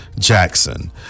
Jackson